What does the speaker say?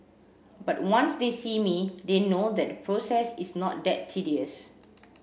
but once they see me they know that the process is not that tedious